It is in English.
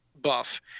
buff